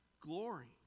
glory